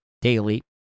Daily